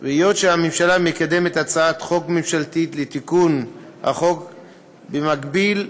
והיות שהממשלה מקדמת הצעת חוק ממשלתית לתיקון החוק במקביל,